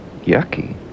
yucky